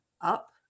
up